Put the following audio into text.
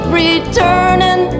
returning